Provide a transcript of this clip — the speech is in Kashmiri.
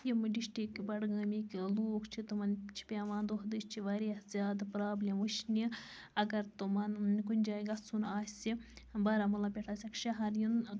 یِم ڈِشٹِک بَڈگامِک لوٗکھ چھِ تِمن چھِ پیٚوان دۄہہ دٔسۍ چھِ پیٚوان واریاہ زیادٕ پرابلم وٕچھنہِ اگر تِمَن کُنہ جایہِ گَژھُن آسہِ بارامُلا پیٚٹھ آسیٚکھ شَہَر یُن